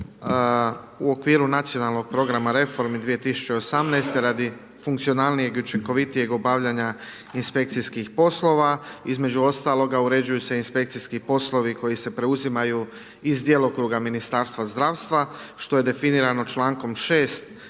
U okviru nacionalnog programa reformi 2018. radi funkcionalnijeg i učinkovitijeg obavljanja inspekcijskih poslova između ostaloga uređuju se inspekcijski poslovi koji se preuzimaju iz djelokruga Ministarstva zdravstva što je definirano člankom 6.